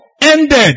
ended